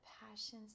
passions